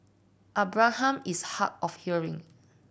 Abraham is hard of hearing